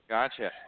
Gotcha